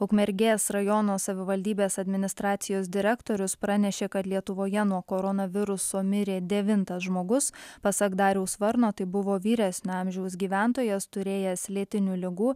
ukmergės rajono savivaldybės administracijos direktorius pranešė kad lietuvoje nuo koronaviruso mirė devintas žmogus pasak dariaus varno tai buvo vyresnio amžiaus gyventojas turėjęs lėtinių ligų